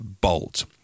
bolt